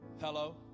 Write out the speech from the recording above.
Hello